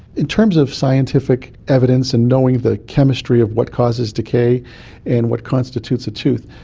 in terms of scientific evidence and knowing the chemistry of what causes decay and what constitutes a tooth,